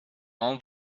all